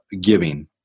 giving